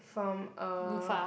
from uh